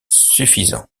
suffisant